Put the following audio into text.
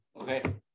okay